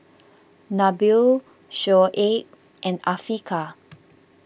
Nabil Shoaib and Afiqah